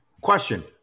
Question